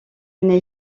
n’ai